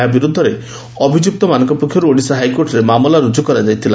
ଏହା ବିରୁଦ୍ଧରେ ଅଭିଯୁକ୍ତମାନଙ୍କ ପକ୍ଷରୁ ଓଡ଼ିଶା ହାଇକୋର୍ଟରେ ମାମଲା ରୁଜୁ କରାଯାଇଥିଲା